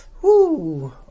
Woo